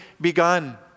begun